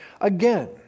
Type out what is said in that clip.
Again